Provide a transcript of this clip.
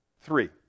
Three